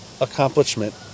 accomplishment